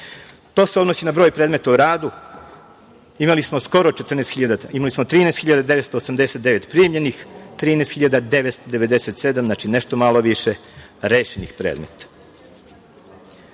To se odnosi na broj predmeta u radu. Imali smo 13.989 primljenih, 13.997, znači nešto malo više, rešenih predmeta.Međutim,